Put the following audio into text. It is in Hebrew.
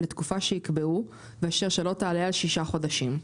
לתקופה שיקבעו ואשר שלא תעלה על שישה חודשים.